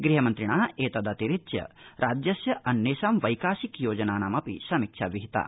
गृहमन्त्रिणा एतदतिरिच्य राज्यस्थ अन्येषां वैकासिक योजनानामपि समीक्षा विहिता